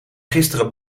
gisteren